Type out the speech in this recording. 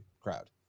crowd